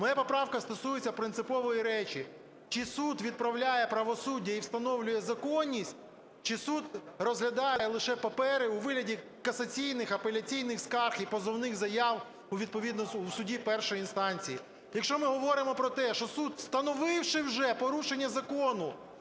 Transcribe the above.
Моя поправка стосується принципової речі: чи суд відправляє правосуддя і встановлює законність, чи суд розглядає лише папери у вигляді касаційних, апеляційних скарг і позовних заяв відповідно у суді першої інстанції. Якщо ми говоримо про те, що суд, встановивши вже порушення закону,